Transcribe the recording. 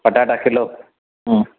पटाटा किलो हूं